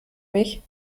mich